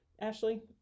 Ashley